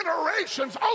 generations